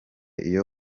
iyo